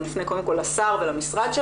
זה מופנה לשר ולמשרד,